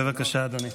בבקשה, אדוני,